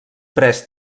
pres